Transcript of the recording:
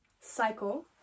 cycle